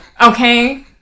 Okay